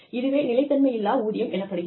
இதுவே நிலைத்தன்மையில்லா ஊதியம் எனப்படுகிறது